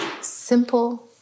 simple